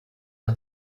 una